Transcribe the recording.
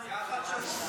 זו החדשנות.